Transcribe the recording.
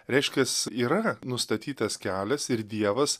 reiškias yra nustatytas kelias ir dievas